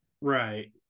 Right